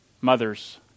mother's